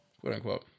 quote-unquote